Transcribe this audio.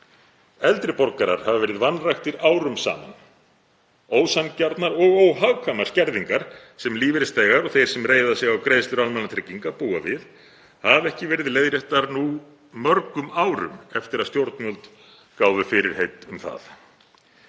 Eldri borgarar hafa verið vanræktir árum saman. Ósanngjarnar og óhagkvæmar skerðingar, sem lífeyrisþegar og þeir sem reiða sig á greiðslur almannatrygginga búa við, hafa ekki verið leiðréttar nú mörgum árum eftir að stjórnvöld gáfu fyrirheit um það.